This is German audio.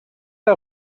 der